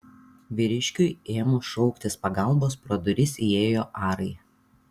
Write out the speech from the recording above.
vyriškiui ėmus šauktis pagalbos pro duris įėjo arai